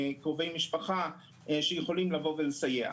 קרובי משפחה שיכולים לסייע.